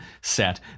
set